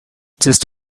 just